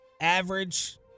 average